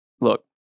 look